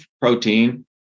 protein